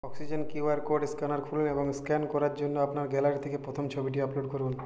oxygen QR code scanner খুলুন এবং scan করার জন্য আপনার গ্যালারি থেকে প্রথম ছবিটি আপলোড করুন